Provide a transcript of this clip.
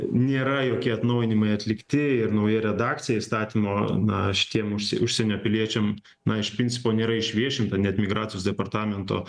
nėra jokie atnaujinimai atlikti ir nauja redakcija įstatymo na šitiem užsi užsienio piliečiam na iš principo nėra išviešinta net migracijos departamento